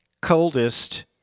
coldest